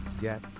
Get